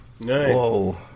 Whoa